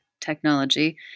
technology